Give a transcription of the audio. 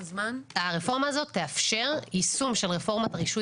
הרפורמה הזאת תאפשר יישום של רפורמת הרישוי